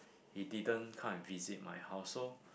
he didn't come and visit my house so